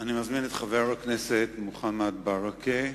אני מזמין את חבר הכנסת מוחמד ברכה,